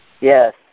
Yes